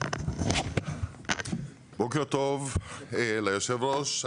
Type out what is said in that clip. בוקר טוב ליושב-ראש.